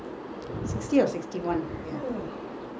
I think most of the time he was spending time with my brothers and all